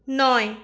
নয়